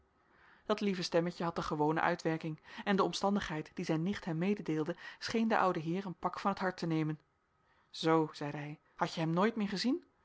dat lieve stemmetje had de gewone uitwerking en de omstandigheid die zijn nicht hem mededeelde scheen den ouden heer een pak van t hart te nemen zoo zeide hij had je hem nooit meer gezien